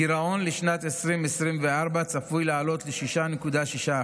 הגירעון לשנת 2024 צפוי לעלות ל-6.6%,